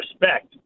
respect